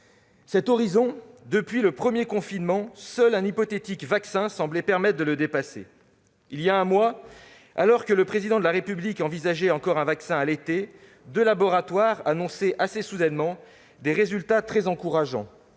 Cet horizon, depuis le premier confinement, seul un hypothétique vaccin semblait en mesure de nous permettre de le dépasser. Il y a un mois, alors que le Président de la République envisageait encore un vaccin à l'été, deux laboratoires annonçaient assez soudainement des résultats très encourageants,